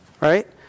right